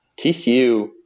TCU